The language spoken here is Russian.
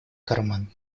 карман